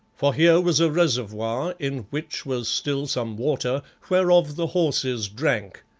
for here was a reservoir in which was still some water, whereof the horses drank,